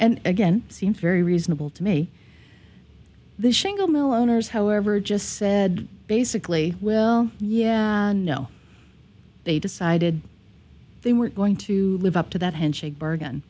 and again seems very reasonable to me this shingle mill owners however just said basically well yanno they decided they were going to live up to that handshake barg